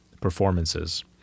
performances